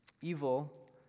Evil